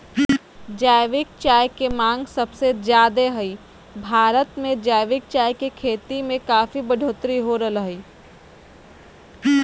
जैविक चाय के मांग सबसे ज्यादे हई, भारत मे जैविक चाय के खेती में काफी बढ़ोतरी हो रहल हई